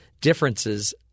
Differences